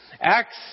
Acts